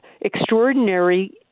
extraordinary